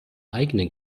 eigenen